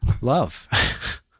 love